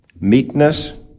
meekness